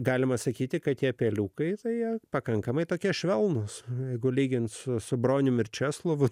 galima sakyti kad tie peliukai tai jie pakankamai tokie švelnūs jeigu lyginti su su broniumi česlovu